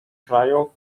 kraju